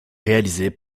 réalisé